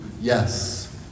Yes